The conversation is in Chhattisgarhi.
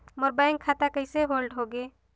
मोर बैंक खाता कइसे होल्ड होगे?